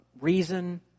reason